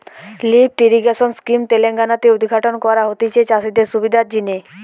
lift irrigation scheme Telangana তে উদ্ঘাটন করা হতিছে চাষিদের সুবিধার জিনে